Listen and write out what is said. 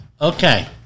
okay